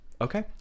Okay